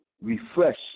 refresh